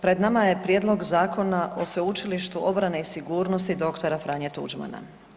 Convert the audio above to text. Pred nama je Prijedlog zakona o Sveučilištu obrane i sigurnosti dr. Franje Tuđmana.